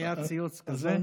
היה ציוץ כזה?